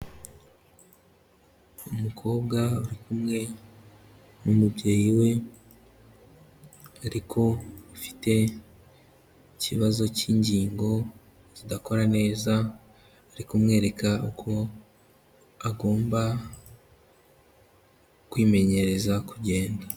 Umukobwa uri kumwe n'umubyeyi we ariko ufite ikibazo cy'ingingo zidakora neza, ari kumwereka uko agomba kwimenyereza kugenda.